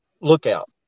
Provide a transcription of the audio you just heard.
lookout